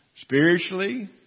spiritually